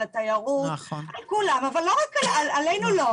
על התיירות ועוד אבל לא מדברים עלינו.